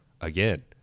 again